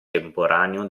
temporaneo